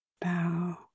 bow